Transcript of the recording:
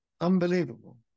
Unbelievable